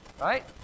right